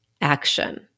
action